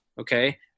okay